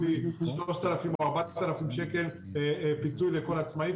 לי 3,000 או 4,000 שקל פיצוי לכל עצמאי,